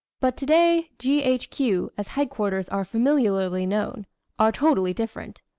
but today g. h. q as headquarters are familiarly known are totally different.